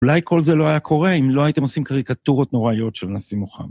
אולי כל זה לא היה קורה אם לא הייתם עושים קריקטורות נוראיות של נשיא מוחמד.